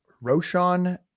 Roshan